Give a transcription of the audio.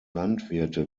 landwirte